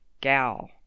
gal